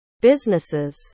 businesses